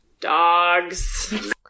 dogs